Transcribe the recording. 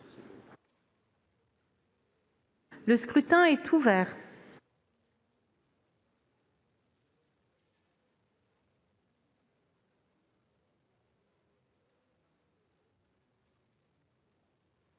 Le scrutin est ouvert.